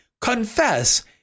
confess